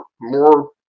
more